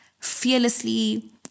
Fearlessly